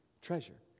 treasure